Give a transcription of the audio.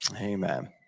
Amen